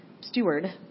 steward